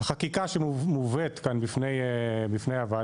חקיקה שמובאת כאן בפני הוועדה,